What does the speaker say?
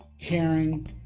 caring